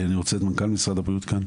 אני רוצה את מנכ"ל משרד הבריאות כאן,